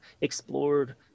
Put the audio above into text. explored